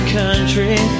country